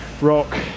rock